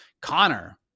Connor